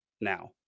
now